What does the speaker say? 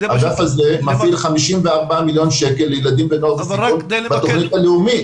האגף הזה מעביר 54 מילון שקל לילדים בתוכנית הלאומית.